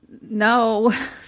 no